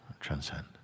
transcend